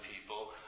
people